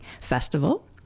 Festival